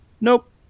Nope